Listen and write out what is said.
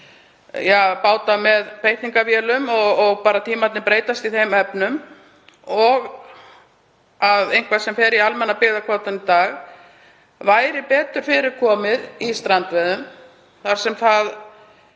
um báta með beitningavélum og tímarnir breytast í þeim efnum, og einhverjum hluta sem fer í almenna byggðakvótann í dag væri betur fyrir komið í strandveiðum þar sem það